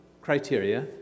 criteria